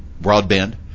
broadband